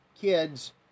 kids